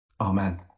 Amen